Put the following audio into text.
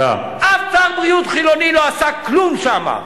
אף שר בריאות חילוני לא עשה כלום שם.